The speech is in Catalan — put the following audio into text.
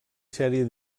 sèrie